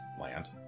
land